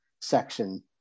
section